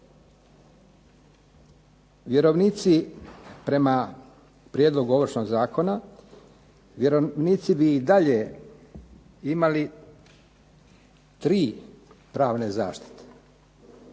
Vjerovnici, prema prijedlogu Ovršnog zakona vjerovnici bi i dalje imali tri pravne zaštite